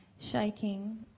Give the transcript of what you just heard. Shaking